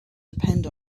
depend